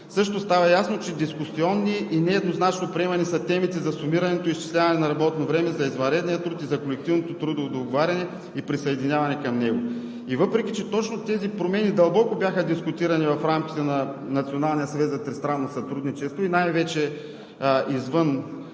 също става ясно, че дискусионни и нееднозначно приемани са темите за сумираното изчисляване на работното време, за извънредния труд, за колективното трудово договаряне и присъединяване към него. И въпреки че точно тези промени дълбоко бяха дискутирани в рамките на Националния съвет